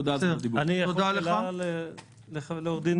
תודה, על זכות הדיבור.